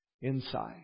inside